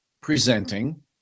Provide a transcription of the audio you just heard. presenting